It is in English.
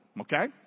Okay